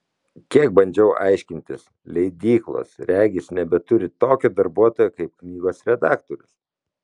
kiek bandžiau aiškintis leidyklos regis nebeturi tokio darbuotojo kaip knygos redaktorius